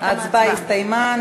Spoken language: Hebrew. ההצבעה הסתיימה.